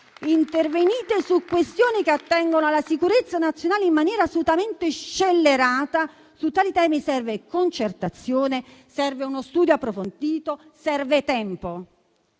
Intervenite su questioni che attengono alla sicurezza nazionale in maniera assolutamente scellerata. Su tali temi serve concertazione, serve uno studio approfondito, serve tempo.